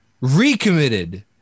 recommitted